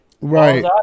Right